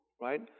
right